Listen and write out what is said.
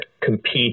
compete